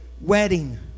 wedding